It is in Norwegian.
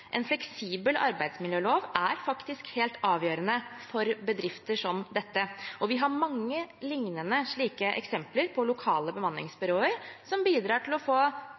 En fleksibel arbeidsmiljølov er faktisk helt avgjørende for bedrifter som dette. Vi har mange lignende eksempler på lokale bemanningsbyråer som bidrar til å få